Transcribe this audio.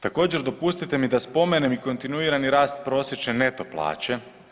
Također dopustite mi da spomenem i kontinuirani rast prosječne neto plaće.